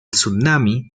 tsunami